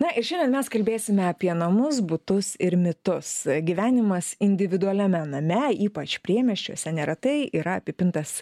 na ir šiandien mes kalbėsime apie namus butus ir mitus gyvenimas individualiame name ypač priemiesčiuose neretai yra apipintas